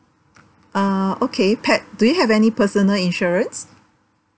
uh okay pat do you have any personal insurance